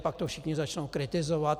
Pak to všichni začnou kritizovat.